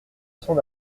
son